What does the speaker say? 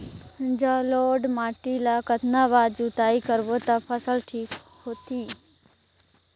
जलोढ़ माटी ला कतना बार जुताई करबो ता फसल ठीक होती?